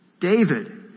David